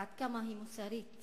ועד כמה היא מוסרית,